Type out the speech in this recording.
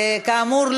כאמור,